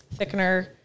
thickener